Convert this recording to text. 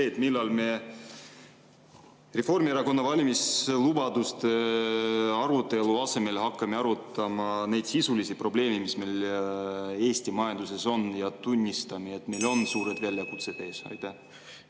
me hakkame Reformierakonna valimislubaduste arutelu asemel arutama neid sisulisi probleeme, mis meil Eesti majanduses on, ja tunnistame, et meil on ees suured väljakutsed? Aitäh!